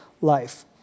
life